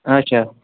اَچھا